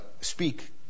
speak